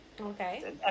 okay